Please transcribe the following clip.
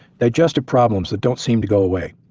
digestive problems that don't seem to go away,